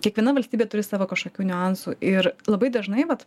kiekviena valstybė turi savo kažkokių niuansų ir labai dažnai vat